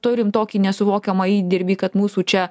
turim tokį nesuvokiamą įdirbį kad mūsų čia